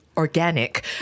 organic